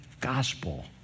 Gospel